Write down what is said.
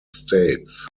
states